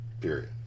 period